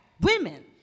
women